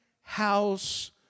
house